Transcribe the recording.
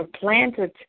planted